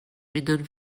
mindern